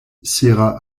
sierra